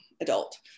adult